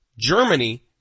Germany